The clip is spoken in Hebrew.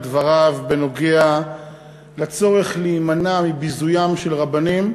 דבריו בעניין הצורך להימנע מביזוים של רבנים,